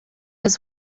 his